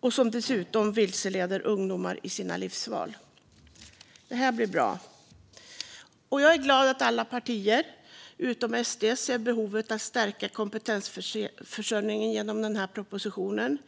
och som dessutom vilseleder ungdomar i sina livsval. Det här blir bra. Jag är glad att alla partier, utom SD, ser behovet av att stärka kompetensförsörjningen genom den här propositionen.